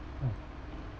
ya